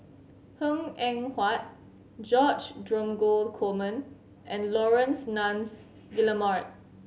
Png Eng Huat George Dromgold Coleman and Laurence Nunns Guillemard